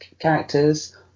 characters